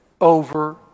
over